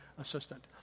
assistant